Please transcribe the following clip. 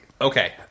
Okay